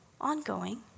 ongoing